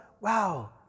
wow